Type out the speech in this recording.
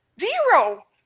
zero